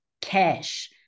cash